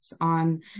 on